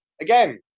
Again